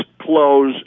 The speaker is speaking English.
close